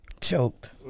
Choked